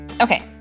Okay